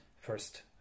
first